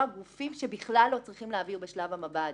גופים שבכלל לא צריכים להעביר בשלב המב"דים.